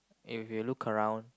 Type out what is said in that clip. if you look around